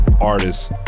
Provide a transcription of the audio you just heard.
artists